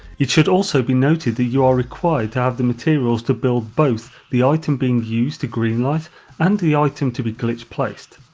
it should also be noted that you are required to have the materials to build both the item being used to greenlight and the item to be glitch placed.